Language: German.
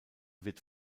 wird